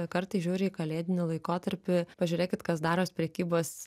kartais žiūri į kalėdinį laikotarpį pažiūrėkit kas darosi prekybos